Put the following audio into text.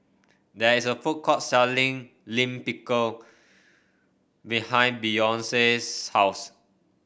there is a food court selling Lime Pickle behind Beyonce's house